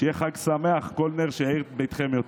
שיהיה חג שמח, שכל נר יאיר את ביתכם יותר.